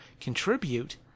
contribute